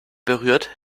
berührt